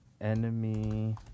Enemy